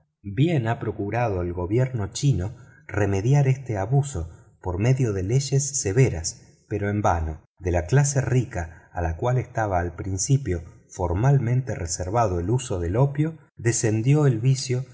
bien ha procurado el gobierno chino remediar este abuso por medio de leyes severas pero en vano de la clase rica a la cual estaba al principio formalmente reservado el uso del opio descendió el vicio